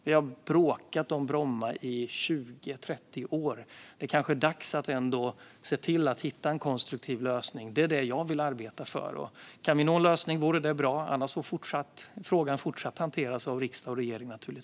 Vi har bråkat om Bromma i 20-30 år. Det kanske är dags att se till att hitta en konstruktiv lösning. Det är det som jag vill arbeta för. Kan vi nå en lösning är det bra, annars får naturligtvis frågan fortsätta att hanteras av riksdag och regering.